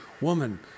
woman